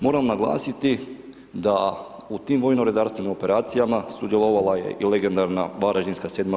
Moram naglasiti da u tim vojno-redarstvenim operacijama sudjelovala je i legendarna Varaždinska VII.